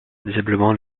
diablement